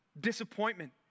disappointment